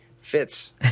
fits